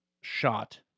shot